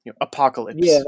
Apocalypse